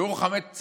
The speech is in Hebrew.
ביעור חמץ.